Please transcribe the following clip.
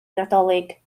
nadolig